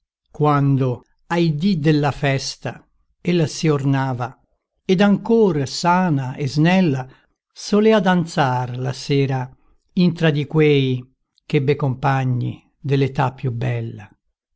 quando ai dì della festa ella si ornava ed ancor sana e snella solea danzar la sera intra di quei ch'ebbe compagni dell'età più bella